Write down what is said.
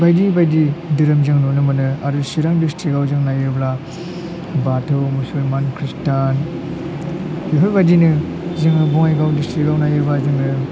बायदि बायदि धोरोम जों नुनो मोनो आरो चिरां डिस्ट्रिक्टआव जों नायोब्ला बाथौ मुसलमान खृष्टान बेफोर बायदिनो जोङो बङाइगाव डिस्ट्रिक्टआव नायोबा जोङो